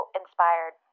inspired